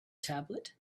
tablet